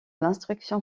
l’instruction